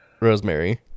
rosemary